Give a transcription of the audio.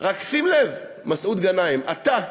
רק שים לב, מסעוד גנאים, אתה,